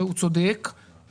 והוא צודק,